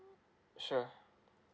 sure